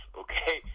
okay